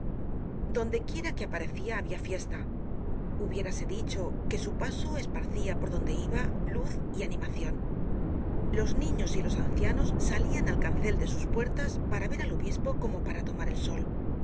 donde quiera que aparecia habia fiesta hubiérase dicho que su paso esparcia por donde iba luz y animacion los niños y los ancianos salian al cancel de sus puertas para ver al obispo como para tomar el sol bendecia y